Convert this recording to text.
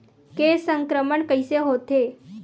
के संक्रमण कइसे होथे?